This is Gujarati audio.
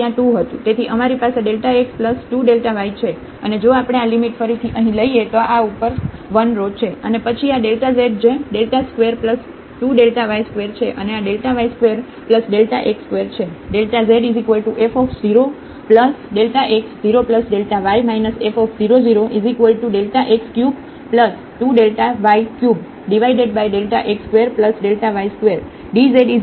તેથી અમારી પાસે x 2yછે અને જો આપણે આ લિમિટ ફરીથી અહીં લઈએ તો આ ઉપર 1 rho છે અને પછી આ z જે x સ્ક્વેર 2 y સ્ક્વેર છે અને આ yસ્ક્વેર x સ્ક્વેર છે